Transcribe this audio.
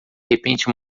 repente